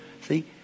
See